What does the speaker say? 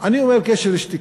אני אומר, קשר שתיקה.